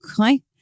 okay